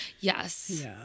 Yes